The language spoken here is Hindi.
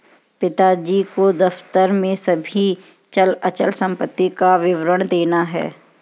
पिताजी को दफ्तर में सभी चल अचल संपत्ति का विवरण देना है